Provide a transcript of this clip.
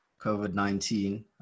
COVID-19